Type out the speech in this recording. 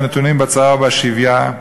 הנתונים בצרה ובשביה,